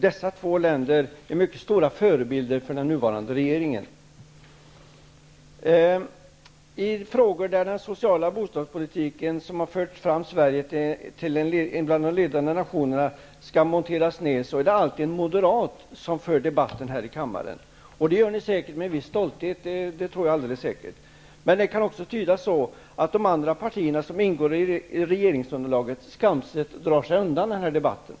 Dessa två länder är mycket stora förebilder för den nuvarande regeringen. I frågor där det handlar om att montera ned den sociala bostadspolitiken, som har fört fram Sverige till att bli en av de ledande nationerna, är det alltid en moderat som för debatten här i kammaren. Att ni gör det med en viss stolthet tror jag alldeles säkert. Men det kan också tydas så att de andra partierna som ingår i regeringsunderlaget skamset drar sig undan den här debatten.